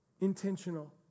intentional